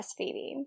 breastfeeding